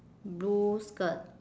blue skirt